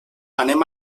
anem